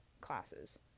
classes